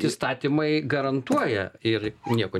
įstatymai garantuoja ir nieko ne